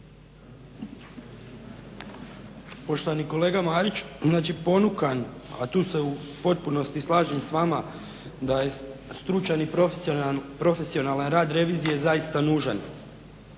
Poštovani kolega Marić, znači ponukan a tu se u potpunosti slažem s vama da je stručan i profesionalan rad revizije zaista nužan.